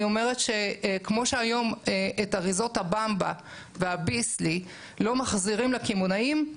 אני אומרת שכמו שהיום את אריזות הבמבה והביסלי לא מחזירים לקמעונאים,